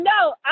no